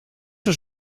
was